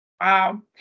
Wow